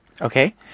Okay